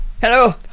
Hello